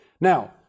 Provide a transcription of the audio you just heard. Now